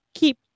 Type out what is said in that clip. keep